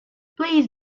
please